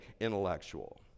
intellectual